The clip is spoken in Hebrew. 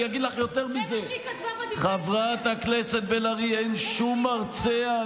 אני אגיד לך יותר מזה: אין שום מרצע.